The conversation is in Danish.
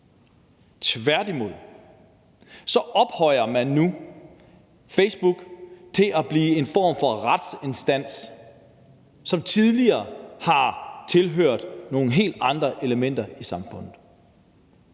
Tværtimod ophøjer man nu Facebook til at blive en form for retsinstans, som tidligere har hørt til nogle helt andre institutioner i samfundet.